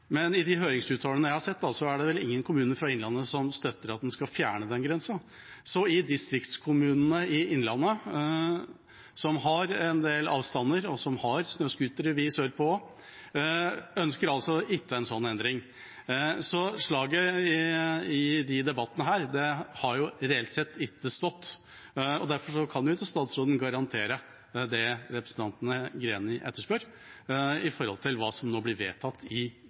men i de høringsuttalelsene jeg har sett, er det vel ingen kommuner fra Innlandet som støtter at en skal fjerne den grensa, så distriktskommunene i Innlandet, som har store avstander, og som har snøscootere – vi sørpå også – ønsker altså ikke en slik endring. Slaget i disse debattene har reelt sett ikke stått, og derfor kan ikke statsråden garantere det representanten Greni etterspør når det gjelder hva som nå blir vedtatt i